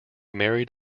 married